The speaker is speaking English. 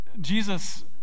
Jesus